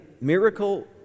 miracle